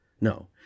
No